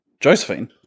Josephine